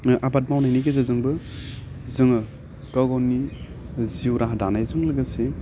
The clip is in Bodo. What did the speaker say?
ओह आबाद मावनायनि गेजेरजोंबो जोङो गाव गावनि जिउ राहा दानायजों लोगोसे